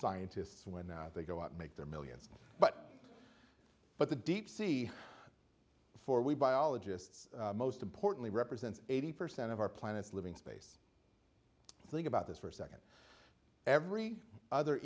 scientists when that they go out make their millions but but the deep sea before we biologists most importantly represents eighty percent of our planet's living space think about this for a second every other